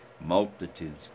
Multitudes